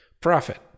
profit